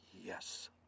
Yes